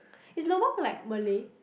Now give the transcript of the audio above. is lor well like Malay